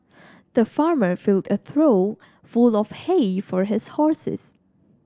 the farmer filled a trough full of hay for his horses